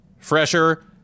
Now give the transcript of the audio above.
fresher